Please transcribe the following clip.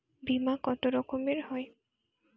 বিমা কত রকমের হয়?